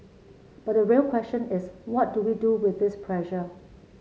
but the real question is what do we do with this pressure